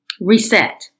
reset